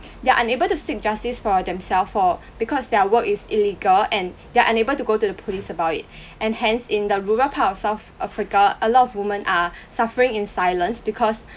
they're are unable to seek justice for themself for because their work is illegal and they are unable to go to the police about it and hence in the rural part of south africa a lot of women are suffering in silence because